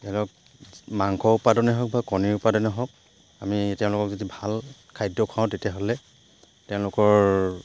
ধৰি লওক মাংস উৎপাদনেই হওক বা কণীৰ উৎপাদনেই হওক আমি তেওঁলোকক যদি ভাল খাদ্য খুৱাওঁ তেতিয়াহ'লে তেওঁলোকৰ